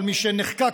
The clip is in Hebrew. אבל משנחקק,